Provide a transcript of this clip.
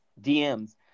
DMs